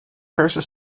verse